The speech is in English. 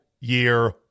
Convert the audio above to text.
year